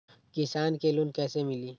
किसान के लोन कैसे मिली?